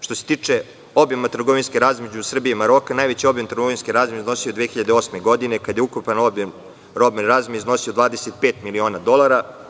Što se tiče obima trgovinske razmene između Srbije i Maroka, najveći obim trgovinske razmene iznosio je 2008. godine, kada je ukupan obim robne razmene iznosio 25 miliona dolara.